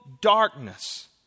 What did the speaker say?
darkness